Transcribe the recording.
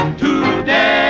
today